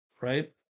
right